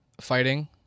fighting